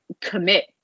commit